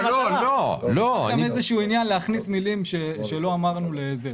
הברית --- איזשהו עניין להכניס מילים שלא אמרנו לזה,